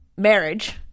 marriage